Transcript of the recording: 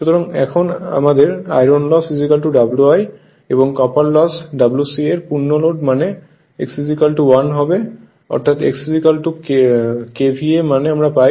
সুতরাং এখন আমাদের আয়রন লস Wi এবং কপার লস Wc এর পূর্ণ লোড মানে x 1 হবে অর্থাৎ x KVA মানে আমরা পাই